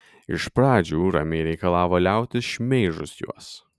iš pradžių ramiai reikalavo liautis šmeižus juos